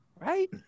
Right